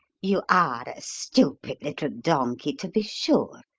you are a stupid little donkey, to be sure.